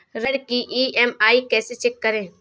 ऋण की ई.एम.आई कैसे चेक करें?